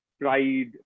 pride